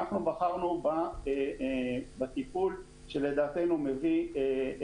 אנחנו בחרנו בטיפול שלדעתנו מביא